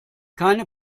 keine